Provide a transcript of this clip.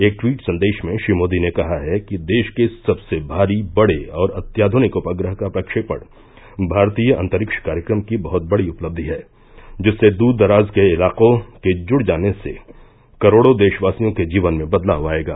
एक ट्वीट संदेश में श्री मोदी ने कहा कि देश के सबसे भारी बड़े और अत्याध्निक उपग्रह का प्रक्षेपण भारतीय अन्तरिक्ष कार्यक्रम की बहत बड़ी उपलब्धि है जिससे द्रदराज के इलाकों के जुड़ जाने से करोड़ों देशवासियों के जीवन में बदलाव आयेगा